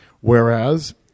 whereas